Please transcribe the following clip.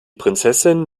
prinzessin